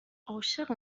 عاشق